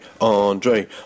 Andre